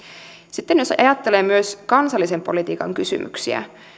sitten jos ajattelee myös kansallisen politiikan kysymyksiä